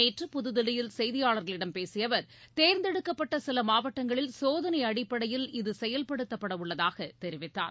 நேற்று புதுதில்லியில் செய்தியாளர்களிடம் பேசிய அவர் தேர்ந்தெடுக்கப்பட்ட சில மாவட்டங்களில் சோதனை அடிப்படையில் இது செயல்படுத்தப்படவுள்ளதாகத் தெரிவித்தார்